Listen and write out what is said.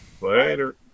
Later